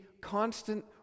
constant